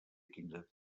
quinze